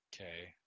Okay